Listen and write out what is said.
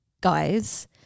guys